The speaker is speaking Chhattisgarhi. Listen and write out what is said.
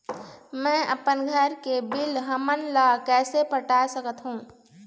मैं अपन घर के बिल हमन ला कैसे पटाए सकत हो?